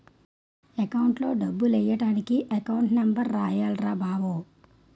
అకౌంట్లో డబ్బులెయ్యడానికి account number రాయాల్రా బావో